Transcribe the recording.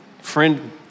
Friend